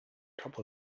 couple